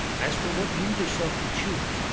as for what you yourself will choose,